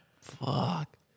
Fuck